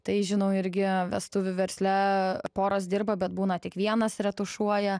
tai žinau irgi vestuvių versle poros dirba bet būna tik vienas retušuoja